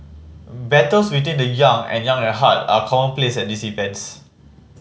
battles between the young and young at heart are commonplace at these events